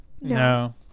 No